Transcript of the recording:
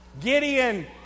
Gideon